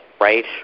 right